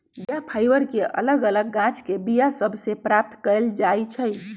बीया फाइबर के अलग अलग गाछके बीया सभ से प्राप्त कएल जाइ छइ